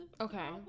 Okay